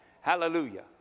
Hallelujah